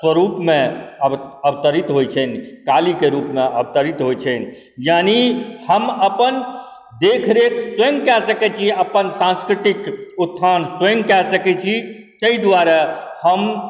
स्वरूपमे अवतरित होइ छनि कालीके रूपमे अवतरित होइ छनि यानी हम अपन देखरेख स्वयं कऽ सकै छी अपन सांस्कृतिक उत्थान स्वयं कऽ सकै छी ताहि दुआरे हम